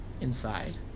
Inside